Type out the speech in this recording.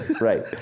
right